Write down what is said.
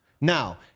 Now